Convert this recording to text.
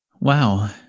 Wow